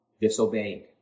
disobeyed